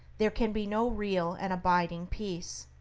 there can be no real and abiding peace.